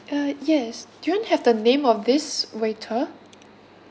uh yes do you have the name of this waiter